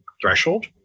threshold